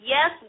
Yes